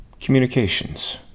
communications